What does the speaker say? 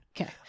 Okay